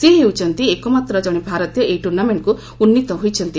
ସେ ହେଉଛନ୍ତି କଣେ ଭାରତୀୟ ଏହି ଟ୍ରୁର୍ଣ୍ଣାମେଣ୍ଟକୁ ଉନ୍ନୀତ ହୋଇଛନ୍ତି